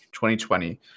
2020